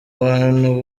bantu